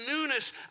newness